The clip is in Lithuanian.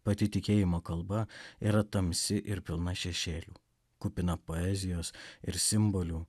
pati tikėjimo kalba yra tamsi ir pilna šešėlių kupina poezijos ir simbolių